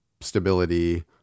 stability